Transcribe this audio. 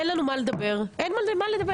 אין לנו על מה לדבר, אין על מה לדבר.